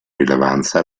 rilevanza